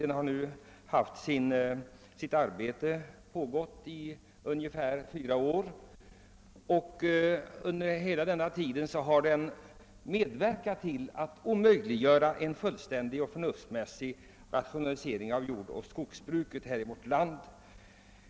Kommittén har arbetat i ungefär fyra år, och under hela den tiden har den medverkat till att omöjliggöra en fullständig och förnuftsmässig rationalisering av jordoch skogsbruket i vårt land.